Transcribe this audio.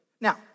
Now